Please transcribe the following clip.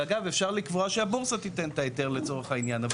ואגב אפשר לקבוע שהבורסה תיתן את ההיתר לצורך העניין.